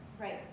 right